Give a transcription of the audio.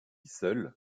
seul